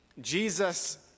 Jesus